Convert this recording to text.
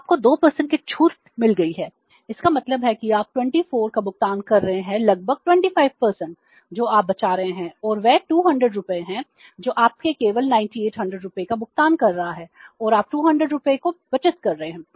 तो आपको 2 की छूट मिल गई है इसका मतलब है कि आप 24 का भुगतान कर रहे हैं लगभग 25 जो आप बचा रहे हैं और वह 200 रुपये है जो आपके केवल 9800 रुपये का भुगतान कर रहा है और आप 200 रुपये की बचत कर रहे हैं